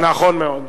נכון מאוד.